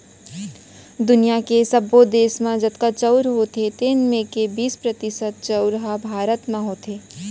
दुनियॉ के सब्बो देस म जतका चाँउर होथे तेन म के बीस परतिसत चाउर ह भारत म होथे